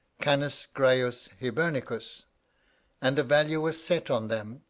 canis graius hibernicus and a value was set on them,